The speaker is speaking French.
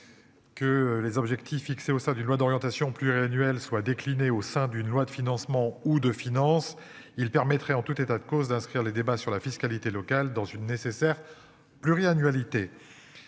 Que les objectifs fixés au sein d'une loi d'orientation pluriannuels soit décliné au sein d'une loi de financement ou de finances il permettrait en tout état de cause d'inscrire les débats sur la fiscalité locale dans une nécessaire. Pluriannualité.